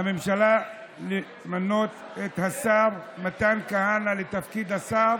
הממשלה, למנות את השר מתן כהנא לתפקיד השר